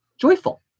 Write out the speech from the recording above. Joyful